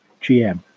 GM